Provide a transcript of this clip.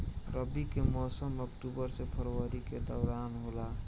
रबी के मौसम अक्टूबर से फरवरी के दौरान होला